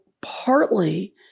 partly